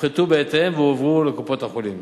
הופחתו בהתאם והועברו לקופות-החולים.